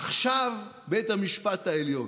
עכשיו בית המשפט העליון.